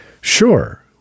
Sure